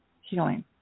healing